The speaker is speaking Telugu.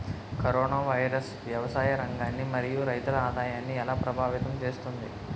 కరోనా వైరస్ వ్యవసాయ రంగాన్ని మరియు రైతుల ఆదాయాన్ని ఎలా ప్రభావితం చేస్తుంది?